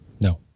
No